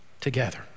together